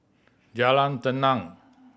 Jalan Tenang